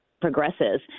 progresses